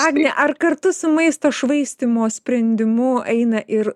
agne ar kartu su maisto švaistymo sprendimu eina ir